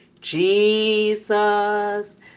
Jesus